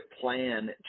plan